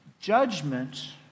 judgment